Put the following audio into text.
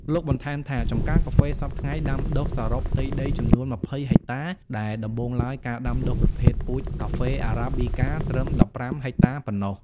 លោកបន្ថែមថា ចម្ការកាហ្វេសព្វថ្ងៃដាំដុះសរុបផ្ទៃដីចំនួន២០ហិកតា ដែលដំបូងឡើយការដាំដុះប្រភេទពូជការហ្វេ Arabica ត្រឹម១៥ ហិកតាប៉ុណ្ណោះ។